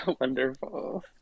Wonderful